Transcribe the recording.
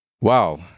wow